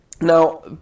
Now